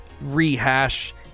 rehash